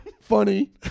Funny